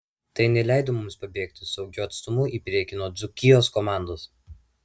tai neleido mums pabėgti saugiu atstumu į priekį nuo dzūkijos komandos